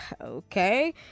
Okay